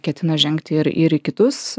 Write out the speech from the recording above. ketina žengti ir ir į kitus